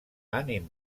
ànim